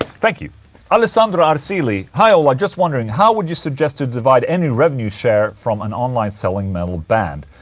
thank you alessandro arzilli hi ola, just wondering, how would you suggest to divide any revenue share from an online selling metal band?